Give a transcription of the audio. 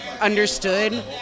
understood